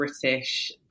British